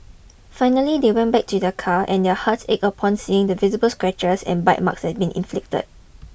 finally they went back to their car and their hearts ached upon seeing the visible scratches and bite marks that had been inflicted